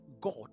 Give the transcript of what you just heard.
God